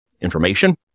information